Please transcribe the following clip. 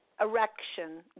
erection